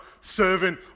serving